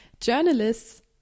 journalists